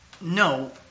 No